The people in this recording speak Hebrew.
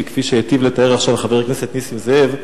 כפי שהיטיב לתאר עכשיו חבר הכנסת נסים זאב,